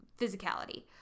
physicality